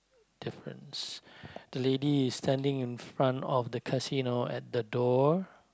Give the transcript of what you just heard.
difference the lady is standing in front of the casino at the door